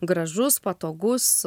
gražus patogus